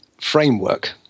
framework